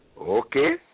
Okay